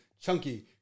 Chunky